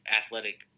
athletic